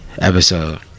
Episode